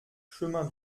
chemin